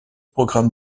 programme